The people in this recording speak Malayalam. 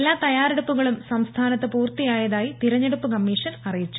എല്ലാ തയ്യാറെടുപ്പുകളും സംസ്ഥാനത്ത് പൂർത്തിയായതായി തെരഞ്ഞെടുപ്പ് കമ്മീഷൻ അറിയിച്ചു